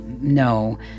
No